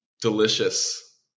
Delicious